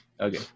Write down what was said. Okay